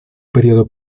periodo